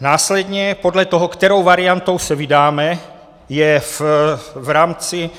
Následně podle toho, kterou variantou se vydáme, je v rámci